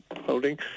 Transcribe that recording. holding